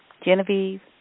Genevieve